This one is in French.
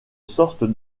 sorte